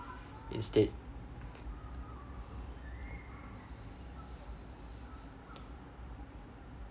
instead